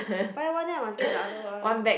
buy one then I must get the other one